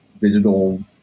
digital